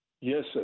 Yes